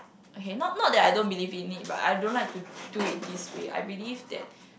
okay not not that I don't believe in it but I don't like to do it this way I believe that